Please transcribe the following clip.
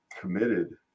committed